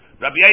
Rabbi